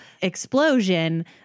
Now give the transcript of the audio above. explosion